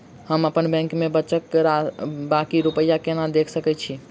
हम अप्पन बैंक मे बचल बाकी रुपया केना देख सकय छी?